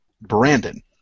Brandon